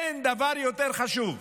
אין דבר יותר חשוב.